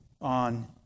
on